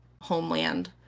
homeland